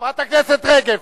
חברת הכנסת רגב,